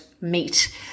meat